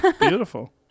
Beautiful